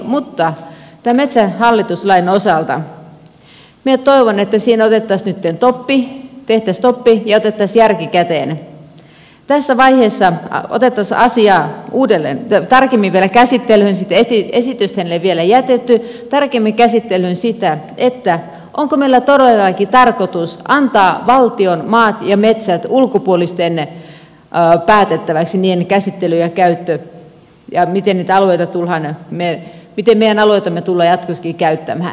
mutta tämän metsähallitus lain osalta minä toivon että siinä otettaisiin nytten toppi tehtäisiin toppi ja otettaisiin järki käteen tässä vaiheessa otettaisiin asia tarkemmin vielä käsittelyyn sitä esitystähän ei ole vielä jätetty sen osalta onko meillä todellakin tarkoitus antaa valtion maat ja metsät ulkopuolisten päätettäväksi niiden käsittely ja käyttö ja miten meidän alueitamme tullaan jatkossakin käyttämään